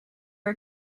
her